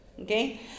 Okay